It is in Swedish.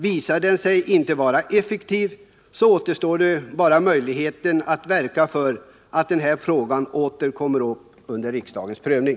Visar den sig inte vara effektiv, återstår bara möjligheten att verka för att den här frågan återigen kommer under riksdagens prövning.